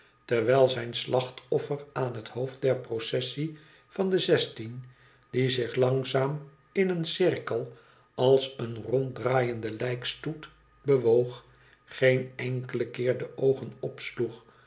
terwijl zijn slachtoffer aan het hoofd der processie van de zestien die zich langzaam in een cirkel als een ronddraaiende lijkstoet bewoog geen enkelen keer de oogen opsloeg